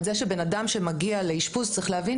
צריך להבין שהרבה פעמים בן אדם שמגיע לאשפוז מתחיל